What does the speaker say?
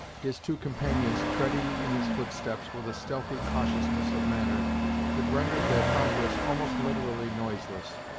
his two companions treading in his footsteps with a stealthy cautiousness of manner that rendered their progress almost literally noiseless.